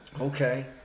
Okay